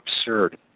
absurd